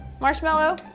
Marshmallow